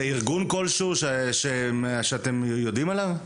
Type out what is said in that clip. זה ארגון כלשהו, שאתם יודעים עליו?